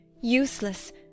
useless